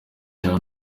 cya